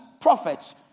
prophets